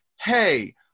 hey